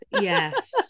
yes